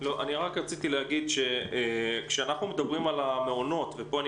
אני רק רציתי להגיד שכשאנחנו מדברים על המעונות ופה אני